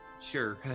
Sure